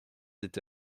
été